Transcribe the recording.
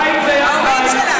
בית ליד בית.